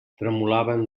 tremolaven